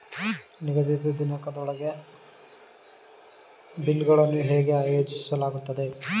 ನಿಗದಿತ ದಿನಾಂಕದೊಳಗೆ ಬಿಲ್ ಗಳನ್ನು ಹೇಗೆ ಆಯೋಜಿಸಲಾಗುತ್ತದೆ?